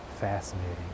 fascinating